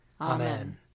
Amen